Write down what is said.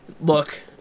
look